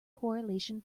correlation